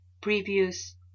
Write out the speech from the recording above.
previous